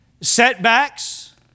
setbacks